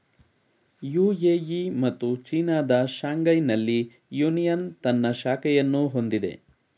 UAE ಮತ್ತು ಚೀನಾದ ಶಾಂಘೈನಲ್ಲಿ ಯೂನಿಯನ್ ತನ್ನ ಶಾಖೆಯನ್ನು ಹೊಂದಿದೆ